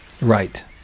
Right